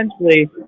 essentially